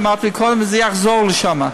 וזה יחזור לשם.